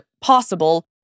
possible